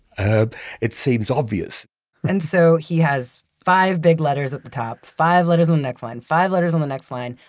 ah it seems obvious and so he has five big letters at the top, five letters on the next line, five letters on the next line,